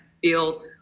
feel